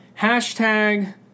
Hashtag